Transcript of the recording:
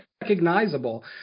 recognizable